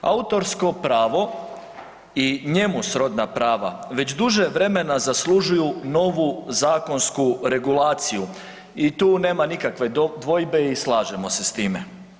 Autorsko pravo i njemu srodna prava već duže vremena zaslužuju novu zakonsku regulaciju i tu nema nikakve dvojbe i slažemo se s time.